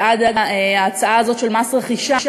בעד ההצעה הזאת של מס רכישה,